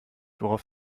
worauf